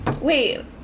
Wait